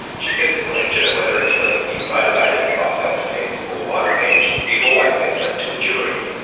she says the question of whether a killing is motivated by self-defence or by revenge is always best left to a jury.